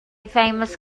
famous